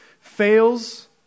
fails